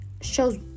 shows